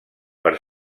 per